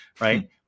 right